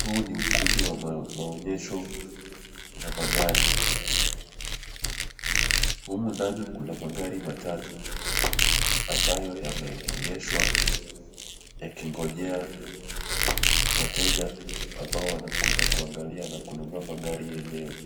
Huu ni ukumbi wa maonyesho ya magari. Humu ndani kuna magari matatu ambayo yameegeshwa yakingojea wateja ambao wanakuja kuangalia na kununua magari yenyewe.